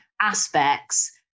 aspects